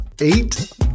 eight